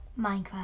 Minecraft